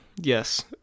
yes